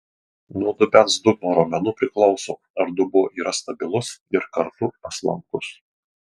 nuo dubens dugno raumenų priklauso ar dubuo yra stabilus ir kartu paslankus